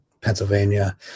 pennsylvania